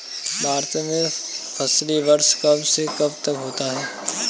भारत में फसली वर्ष कब से कब तक होता है?